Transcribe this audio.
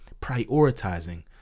prioritizing